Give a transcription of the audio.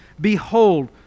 Behold